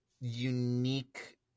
unique